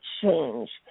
change